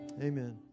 Amen